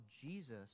Jesus